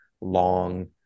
long